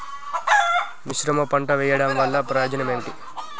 మిశ్రమ పంట వెయ్యడం వల్ల ప్రయోజనం ఏమిటి?